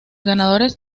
ganadores